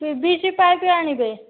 P V C pipe ଆଣିବେ